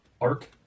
arc